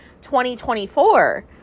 2024